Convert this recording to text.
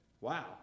wow